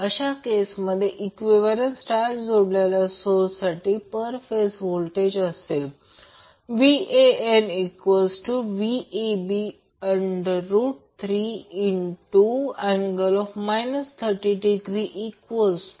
अशा केसमध्ये equivalent star जोडलेल्या सोर्ससाठी पर फेज व्होल्टेज असेल VanVab3∠ 30°121